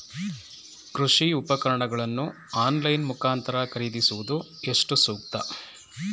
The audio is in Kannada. ಕೃಷಿ ಉಪಕರಣಗಳನ್ನು ಆನ್ಲೈನ್ ಮುಖಾಂತರ ಖರೀದಿಸುವುದು ಎಷ್ಟು ಸೂಕ್ತ?